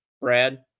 Brad